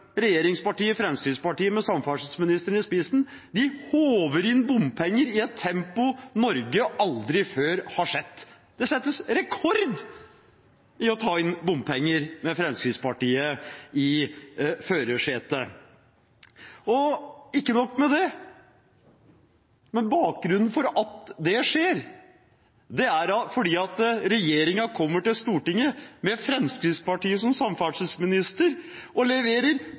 Regjeringspartiet Fremskrittspartiet, med samferdselsministeren i spissen, håver inn bompenger i et tempo Norge aldri før har sett. Det settes rekord i å ta inn bompenger med Fremskrittspartiet i førersetet. Ikke nok med det: Bakgrunnen for at det skjer, er at regjeringen kommer til Stortinget med en samferdselsminister fra Fremskrittspartiet og leverer